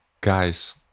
guys